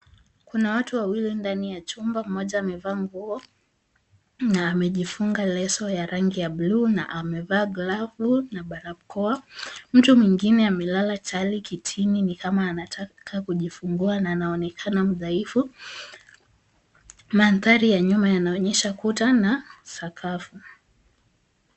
Kuna watu wawili ndani ya chumba, mmoja amevaa nguo na amejifunga leso ya rangi ya blue na amevaa glavu na barakoa. Mtu mwengine amelala chali kitini ni kama anataka kujifungua na anaonekana mdhaifu. Mandhari ya nyuma yanaonyesha kuta na sakafu.